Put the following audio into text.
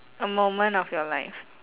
a moment of your life